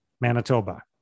Manitoba